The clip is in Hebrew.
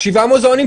זו ההתעקשות שלנו.